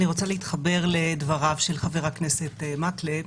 אני רוצה להתחבר לדבריו של חבר הכנסת מקלב.